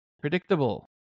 predictable